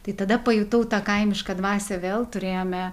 tai tada pajutau tą kaimišką dvasią vėl turėjome